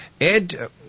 Ed